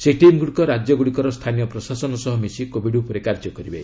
ସେହି ଟିମ୍ଗୁଡ଼ିକ ରାଜ୍ୟଗୁଡ଼ିକର ସ୍ଥାନୀୟ ପ୍ରଶାସନ ସହ ମିଶି କୋବିଡ ଉପରେ କାର୍ଯ୍ୟ କରିବେ